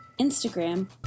Instagram